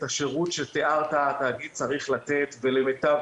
את השירות שתיארת התאגיד צריך לתת ולמיטב